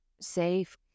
safe